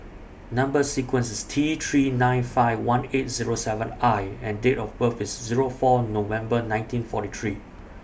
Number sequence IS T three nine five one eight Zero seven I and Date of birth IS Zero four November nineteen forty three